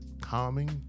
calming